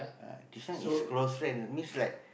uh this one is close friend means like